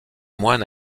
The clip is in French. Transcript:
moines